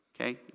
okay